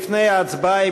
לפני ההצבעה,